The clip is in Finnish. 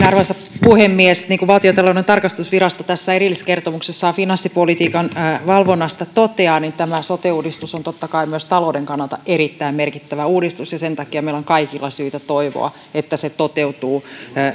arvoisa puhemies niin kuin valtiontalouden tarkastusvirasto tässä erilliskertomuksessaan finanssipolitiikan valvonnasta toteaa tämä sote uudistus on totta kai myös talouden kannalta erittäin merkittävä uudistus ja sen takia meillä on kaikilla syytä toivoa että se toteutuu